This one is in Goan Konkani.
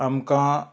आमकां